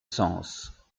sens